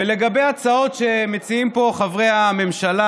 ולגבי הצעות שמציעים פה חברי הממשלה,